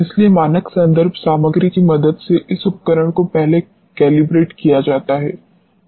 इसलिए मानक संदर्भ सामग्री की मदद से इस उपकरण को पहले कैलिब्रेट किया जाता है